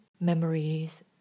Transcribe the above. memories